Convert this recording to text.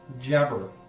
Jabber